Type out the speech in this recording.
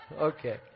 Okay